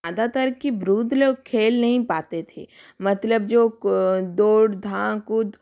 ज़्यादातर की वृद्ध लोग खेल नहीं पाते थे मतलब जो दोड़ धाम कूद